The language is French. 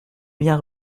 bien